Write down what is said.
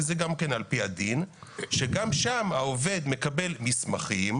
גם זה על פי הדין, וגם פה העובד מקבל מסמכים